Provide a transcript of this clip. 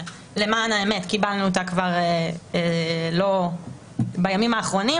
למען האמת זאת בקשה שקיבלנו אותה לא בימים האחרונים